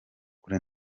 kuri